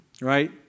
right